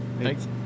Thanks